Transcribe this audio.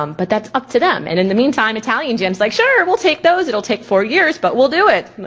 um but that's up to them. and in the meantime, italiangen's like, sure, we'll take those, it'll take four years, but we'll do it.